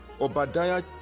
Obadiah